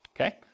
okay